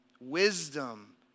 wisdom